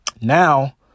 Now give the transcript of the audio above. Now